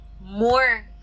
more